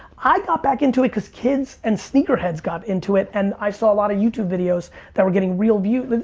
i got back into it cause kids and sneaker heads got into it and i saw a lot of youtube videos that were getting real views.